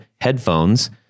headphones